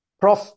Prof